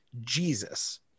Jesus